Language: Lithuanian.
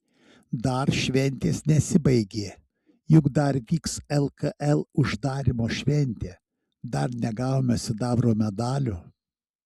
dar šventės nesibaigė juk dar vyks lkl uždarymo šventė dar negavome sidabro medalių